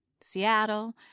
Seattle